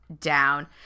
down